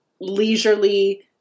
leisurely